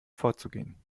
vorzugehen